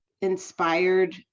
inspired